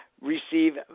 receive